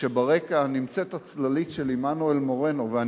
כשברקע נמצאת הצללית של עמנואל מורנו ואני